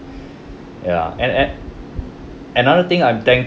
ya and and another thing I'm thankful